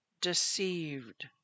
deceived